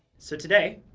so today,